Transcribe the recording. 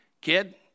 Kid